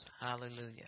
Hallelujah